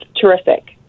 terrific